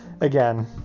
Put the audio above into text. Again